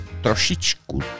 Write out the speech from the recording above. trošičku